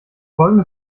folgende